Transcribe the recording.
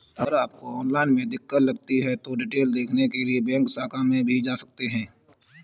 अगर आपको ऑनलाइन में दिक्कत लगती है तो डिटेल देखने के लिए बैंक शाखा में भी जा सकते हैं